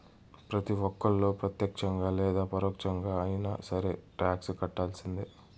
ప్రతి ఒక్కళ్ళు ప్రత్యక్షంగా లేదా పరోక్షంగా అయినా సరే టాక్స్ కట్టాల్సిందే